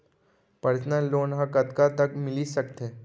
Personal loan ह कतका तक मिलिस सकथे?